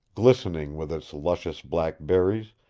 glistening with its luscious black berries,